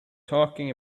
talking